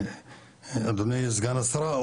אדוני סגן השרה,